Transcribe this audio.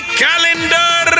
calendar